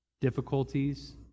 difficulties